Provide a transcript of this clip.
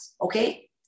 okay